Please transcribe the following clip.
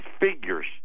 figures